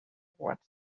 what